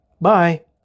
Bye